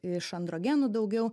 iš androgenų daugiau